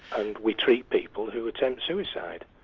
and we treat people who attempt suicide.